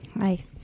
Hi